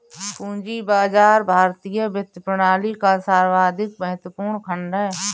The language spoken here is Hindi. पूंजी बाजार भारतीय वित्तीय प्रणाली का सर्वाधिक महत्वपूर्ण खण्ड है